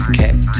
kept